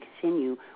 continue